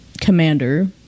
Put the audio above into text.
commander